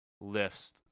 lifts